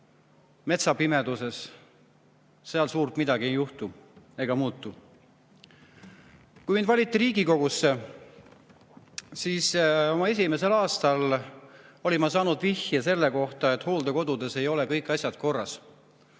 metsa pimeduses, seal suurt midagi ei juhtu ega muutu. Kui mind valiti Riigikogusse, siis oma esimesel aastal olin ma saanud vihje selle kohta, et hooldekodudes ei ole kõik asjad korras.